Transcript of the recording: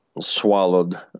swallowed